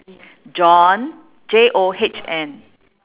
john J O H N